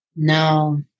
No